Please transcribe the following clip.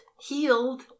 healed